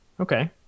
Okay